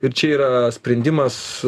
ir čia yra sprendimas